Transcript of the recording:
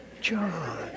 John